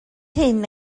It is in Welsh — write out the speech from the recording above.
hyn